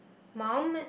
mum